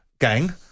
gang